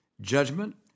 judgment